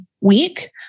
week